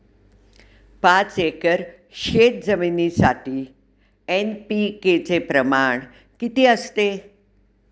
पाच एकर शेतजमिनीसाठी एन.पी.के चे प्रमाण किती असते?